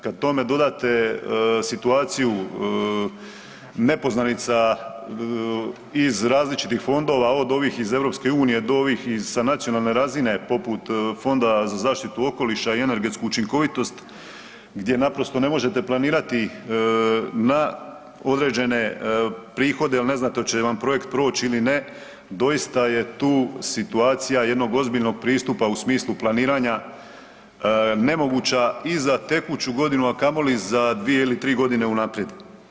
Kad tome dodate situaciju nepoznanica iz različitih fondova, od ovih iz EU, do ovih, iz sa nacionalne razine, poput Fonda za zaštitu okoliša i energetsku učinkovitost, gdje naprosto ne možete planirati na određene prihode jer ne znate hoće li vam projekt proći ili ne, doista je tu situacija jednog ozbiljnog pristupa u smislu planiranja nemoguća i za tekuću godinu, a kamoli za 2 ili 3 godine unaprijed.